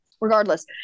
Regardless